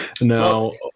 No